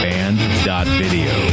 Band.Video